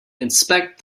inspect